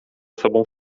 sobą